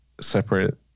Separate